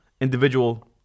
individual